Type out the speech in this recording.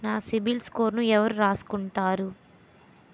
నా సిబిల్ స్కోరును ఎవరు రాసుకుంటారు